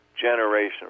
generation